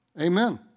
Amen